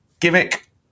gimmick